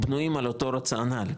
בנויים על אותו רציונל,